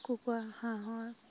কুকুৰা হাঁহৰ